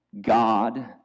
God